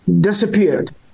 disappeared